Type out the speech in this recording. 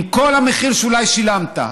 עם כל המחיר שאולי שילמת.